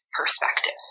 perspective